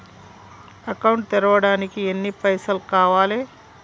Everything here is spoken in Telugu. అకౌంట్ తెరవడానికి ఎన్ని పైసల్ కావాలే?